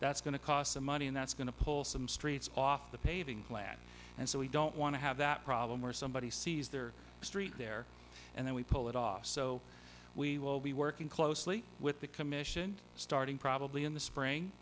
that's going to cost some money and that's going to pull some streets off the paving plan and so we don't want to have that problem where somebody sees their street there and then we pull it off so we will be working closely with the commission starting probably in the spring